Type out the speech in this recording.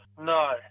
No